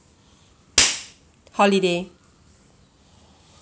holiday